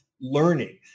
learning